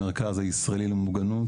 פתחנו את המרכז הישראלי למוגנות,